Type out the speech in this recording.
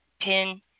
pin